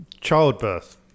childbirth